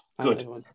Good